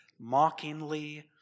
mockingly